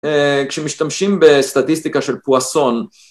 כשמשתמשים בסטטיסטיקה של פואסון